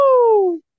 woo